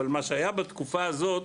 אבל מה שהיה בתקופה הזאת,